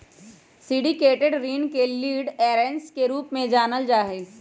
syndicated ऋण के lead arrangers के रूप में जानल जा हई